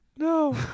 No